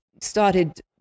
started